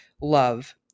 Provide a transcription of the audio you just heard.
love